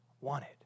wanted